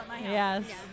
Yes